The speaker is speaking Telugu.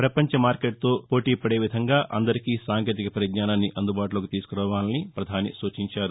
ప్రపంచ మార్కెట్లో పోటీపదే విధంగా అందరికీ సాంకేతిక పరిజ్ఞానాన్ని అందుబాటులోకి తీసుకురావాలని సూచించారు